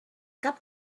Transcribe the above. cap